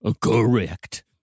Correct